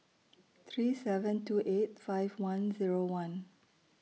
three seven two eight five one Zero one